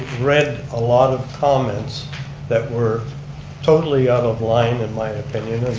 read a lot of comments that were totally out of line in my opinion.